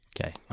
Okay